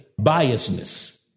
biasness